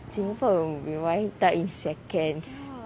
singapore will revive back in seconds